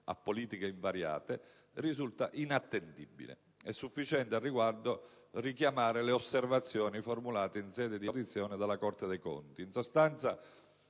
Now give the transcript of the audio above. a politiche invariate, risulta inattendibile. È sufficiente, al riguardo, richiamare le osservazioni formulate in sede di audizione dalla Corte dei conti.